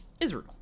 Israel